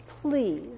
please